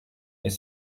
est